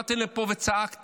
באתם לפה וצעקתם,